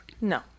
No